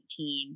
2019